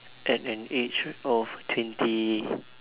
at an age of twenty